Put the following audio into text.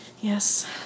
Yes